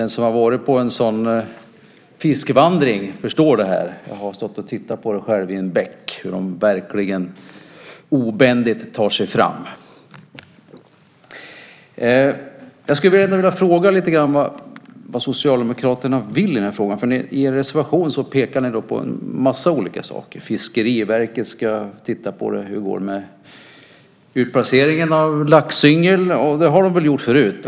Den som har sett detta förstår det. Jag har själv stått i en bäck och tittat på hur de obändigt tar sig fram. Jag skulle gärna vilja fråga Socialdemokraterna vad de vill i denna fråga. I en reservation pekar ni på en massa olika saker. Fiskeriverket ska titta på hur det går med utplaceringen av laxyngel. Och jag antar att man har gjort det förut.